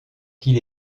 qu’il